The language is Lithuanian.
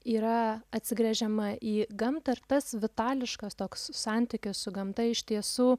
yra atsigręžiama į gamtą ir tas vitališkas toks santykis su gamta iš tiesų